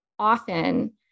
Often